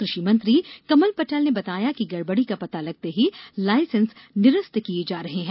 कृषि मंत्री कमल पटेल ने बताया है कि गड़बड़ी का पता लगते ही लायसेंस निरस्त किए जा रहे हैं